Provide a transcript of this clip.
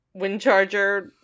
Windcharger